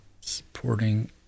Supporting